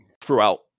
throughout